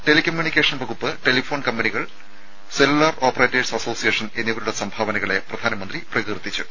tele communication വകുപ്പ് telephone കമ്പനികൾ cellular operators association എന്നിവരുടെ സംഭാവനകളെ പ്രധാനമന്ത്രി പ്രകീർത്തിച്ചു